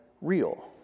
real